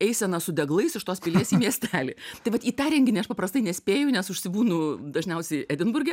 eisena su deglais iš tos pilies į miestelį tai vat į tą renginį aš paprastai nespėju nes užsibūnu dažniausiai edinburge